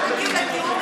שנייה.